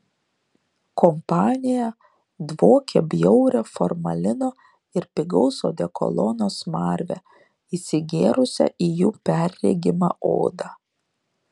kompanija dvokė bjauria formalino ir pigaus odekolono smarve įsigėrusią į jų perregimą odą